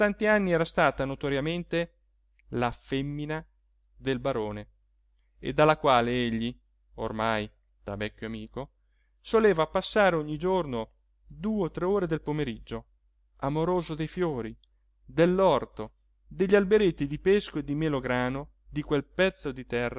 anni era stata notoriamente la femmina del barone e dalla quale egli ormai da vecchio amico soleva passare ogni giorno due o tre ore del pomeriggio amoroso dei fiori dell'orto degli alberetti di pesco e di melagrano di quel pezzo di